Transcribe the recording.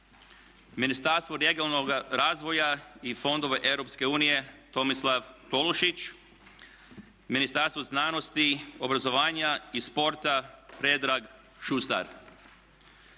Ministarstvo regionalnoga razvoja i fondova EU Tomislav Tolušić. Ministarstvo znanosti, obrazovanja i sporta Predrag Šustar.